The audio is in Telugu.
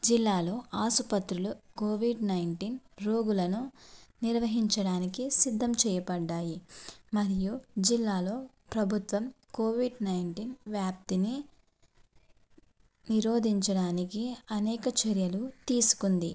జిల్లాలో ఆసుపత్రులు కోవిడ్ నైన్టీన్ రోగులను నిర్వహించడానికి సిద్ధం చేయబడ్డాయి మరియు జిల్లాలో ప్రభుత్వం కోవిడ్ నైన్టీన్ వ్యాప్తిని నిరోధించడానికి అనేక చర్యలు తీసుకుంది